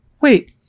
Wait